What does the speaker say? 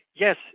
Yes